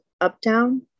uptown